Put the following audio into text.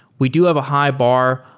we do have a high bar,